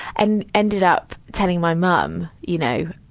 and ended up telling my mom, you know.